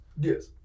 Yes